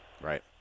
Right